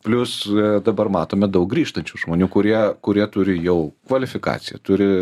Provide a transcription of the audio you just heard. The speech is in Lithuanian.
plius dabar matome daug grįžtančių žmonių kurie kurie turi jau kvalifikaciją turi